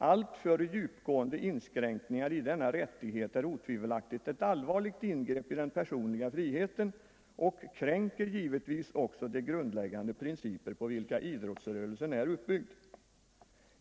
Alltför djupgående inskränkningar i denna rättighet är otvivelaktigt ett allvarligt ingrepp i den personliga friheten och kränker givetvis också de grundläggande principer på vilka idrottsrörelsen är uppbyggd.